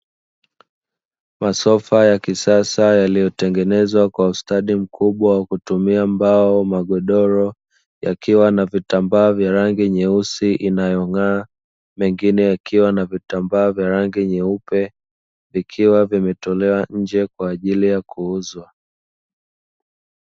Masofa ya kisasa yaliyotengenezwa kwa ustadi mkubwa wa kutumia mbao magodoro yakiwa na vitambaa vya rangi nyeusi inayong'aa mengine yakiwa na vitambaa vya rangi nyeupe vikiwa vimetolewa nje kwa ajili ya kuuzwa.